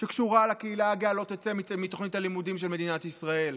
שקשורה לקהילה הגאה לא יצא מתוכנית הלימודים של מדינת ישראל,